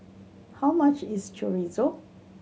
how much is Chorizo